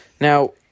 Now